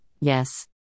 Yes